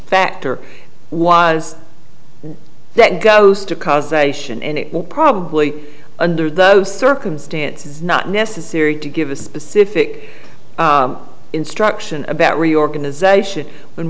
factor was that goes to cause a sion and it will probably under those circumstances not necessary to give a specific instruction about reorganization when